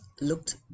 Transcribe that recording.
looked